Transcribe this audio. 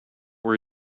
were